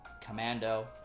Commando